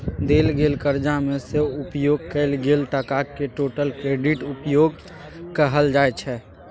देल गेल करजा मे सँ उपयोग कएल गेल टकाकेँ टोटल क्रेडिट उपयोग कहल जाइ छै